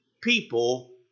people